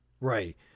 Right